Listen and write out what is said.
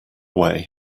way